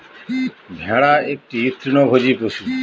ভেড়া একটি তৃণভোজী পশু